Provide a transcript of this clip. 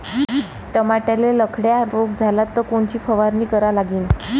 टमाट्याले लखड्या रोग झाला तर कोनची फवारणी करा लागीन?